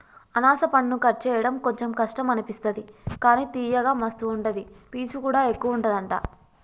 అనాస పండును కట్ చేయడం కొంచెం కష్టం అనిపిస్తది కానీ తియ్యగా మస్తు ఉంటది పీచు కూడా ఎక్కువుంటది అంట